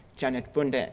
janet bunde. and